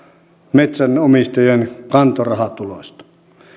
metsänomistajien kantorahatuloista